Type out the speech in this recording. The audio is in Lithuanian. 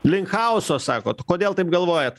link chaoso sakot kodėl taip galvojat